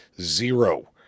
zero